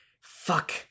Fuck